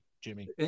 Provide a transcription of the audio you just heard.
Jimmy